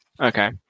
Okay